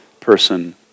person